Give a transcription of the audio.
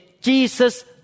Jesus